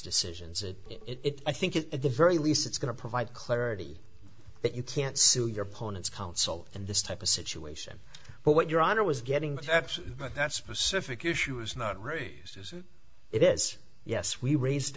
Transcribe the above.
decisions it it i think it at the very least it's going to provide clarity that you can't sue your ponens counsel in this type of situation but what your honor was getting that's specific issue was not raised as it is yes we raised